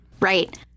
Right